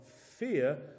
fear